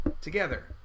together